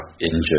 injured